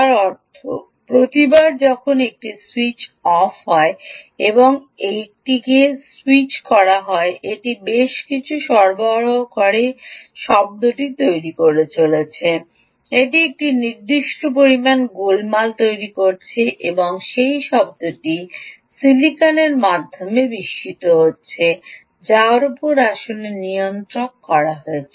যার অর্থ প্রতিবার যখন এটি স্যুইচ অফ হয় এবং এটিকে স্যুইচ করা হয় এটি বেশ কিছুটা সরবরাহ করে শব্দটি তৈরি করে চলেছে এটি একটি নির্দিষ্ট পরিমাণ গোলমাল তৈরি করছে এবং সেই শব্দটি সিলিকনের মাধ্যমে বিস্মিত হচ্ছে যার উপর আসলে নিয়ন্ত্রক তৈরি করা হয়েছে